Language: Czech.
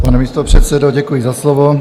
Pane místopředsedo, děkuji za slovo.